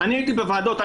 הייתי בוועדות,